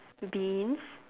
beans